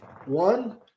One